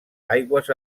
aigües